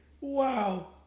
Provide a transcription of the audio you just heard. Wow